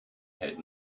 had